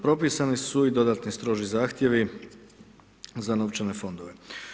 Propisani su i dodatni stroži zahtjevi za novčane fondove.